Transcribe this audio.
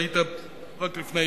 היית רק לפני